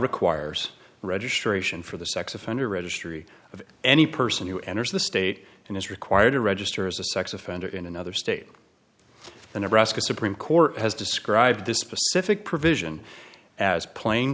requires registration for the sex offender registry of any person who enters the state and is required to register as a sex offender in another state the nebraska supreme court has described this specific provision as plain